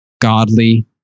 Godly